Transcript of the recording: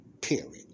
period